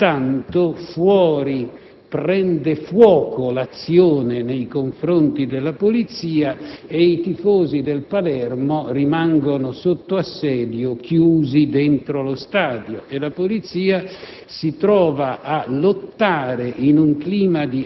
arriva alla sua conclusione, ma intanto fuori prende fuoco l'azione nei confronti della Polizia e i tifosi del Palermo rimangono sotto assedio chiusi dentro lo stadio. La Polizia